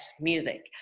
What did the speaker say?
music